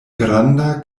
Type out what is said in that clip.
granda